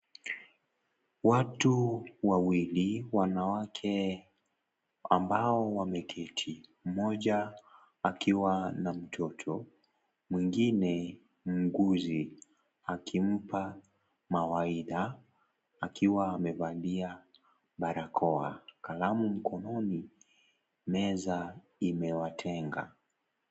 Watu wawili wanawake ambao wameketi mmoja akiwa na mtoto mwingine muuguzi akimpa mawaidha akiwa amevalia barakoa , kalamu mkononi , meza imewatenga.